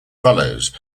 fellows